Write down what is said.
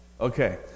Okay